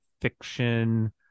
fiction